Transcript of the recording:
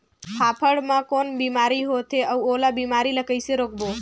फाफण मा कौन बीमारी होथे अउ ओला बीमारी ला कइसे रोकबो?